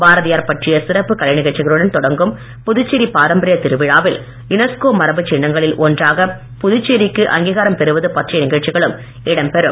பாரதியார் பற்றிய சிறப்பு கலைநிகழ்ச்சிகளுடன் தொடங்கும் புதுச்சேரி பாரம்பரிய திருவிழாவில் யுனஸ்கோ மரபுச் சின்னங்களில் ஒன்றாகப் புதுச்சேரிக்கு அங்கீகாரம் பெறுவது பற்றிய நிகழ்ச்சிகளும் இடம் பெறும்